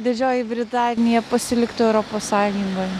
didžioji britanija pasiliktų europos sąjungoj